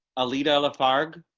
aleta lafargue